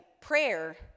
prayer